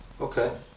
okay